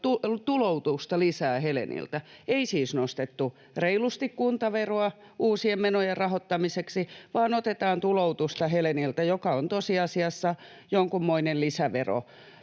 tuloutusta lisää Heleniltä. Ei siis nostettu reilusti kuntaveroa uusien menojen rahoittamiseksi, vaan otetaan tuloutusta Heleniltä, mikä on tosiasiassa jonkunmoinen lisävero